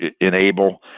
enable